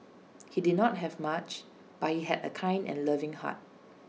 he did not have much but he had A kind and loving heart